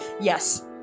Yes